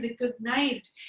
recognized